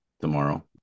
tomorrow